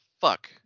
fuck